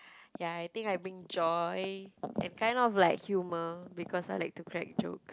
ya I think I bring joy and kind of like humour because I like to crack joke